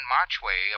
Marchway